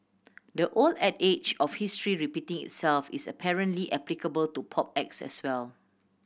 the old adage of history repeating itself is apparently applicable to pop acts as well